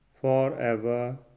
forever